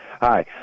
Hi